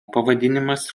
pavadinimas